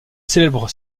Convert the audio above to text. célèbre